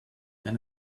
then